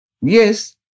Yes